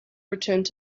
returned